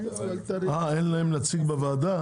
אין להם נציג בוועדה?